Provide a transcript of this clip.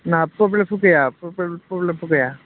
ना प्रब्लेमफोर गैया प्रब्लेमफोर गैया